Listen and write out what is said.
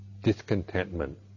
discontentment